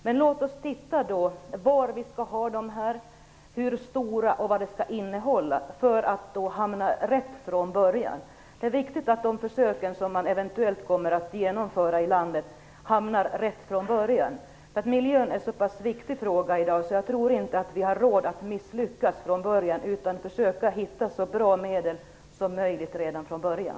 Men låt oss titta var vi skall ha dem, hur stora de skall vara och vad de skall innehålla. Det är viktigt att de försök som eventuellt kommer att genomföras i landet hamnar rätt från början. Miljön är så pass viktig i dag att vi inte har råd att misslyckas, utan vi måste försöka hitta så bra medel som möjligt redan från början.